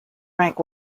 rank